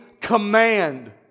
command